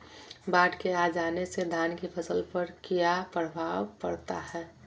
बाढ़ के आ जाने से धान की फसल पर किया प्रभाव पड़ता है?